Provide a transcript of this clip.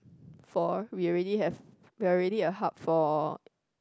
for we already have we're already a hub for